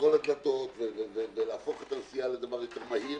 מכל הדלתות, ולהפוך את הנסיעה לדבר יותר מהיר